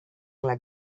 like